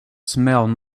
smelled